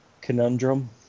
Conundrum